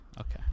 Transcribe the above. okay